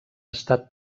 estat